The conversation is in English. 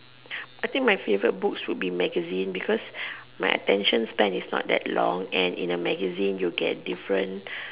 I think my favorite books will be magazine because my attention span is not that long and in a magazine you get different